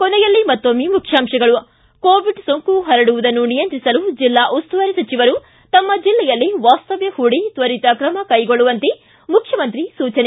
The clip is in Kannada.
ಕೊನೆಯಲ್ಲಿ ಮತ್ತೊಮ್ಮೆ ಮುಖ್ಯಾಂಶಗಳು ಿ ಕೋವಿಡ್ ಸೋಂಕು ಪರಡುವುದನ್ನು ನಿಯಂತ್ರಿಸಲು ಜೆಲ್ಲಾ ಉಸ್ತುವಾರಿ ಸಚಿವರು ತಮ್ಮ ಜೆಲ್ಲೆಯಲ್ಲೇ ವಾಸ್ತವ್ಯ ಪೂಡಿ ತ್ವರಿತ್ರಕ್ರಮ ಕೈಗೊಳ್ಳುವಂತೆ ಮುಖ್ಯಮಂತ್ರಿ ಸೂಚನೆ